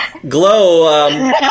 Glow